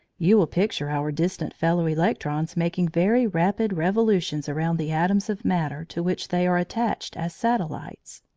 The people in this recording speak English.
you will picture our distant fellow-electrons making very rapid revolutions around the atoms of matter to which they are attached as satellites.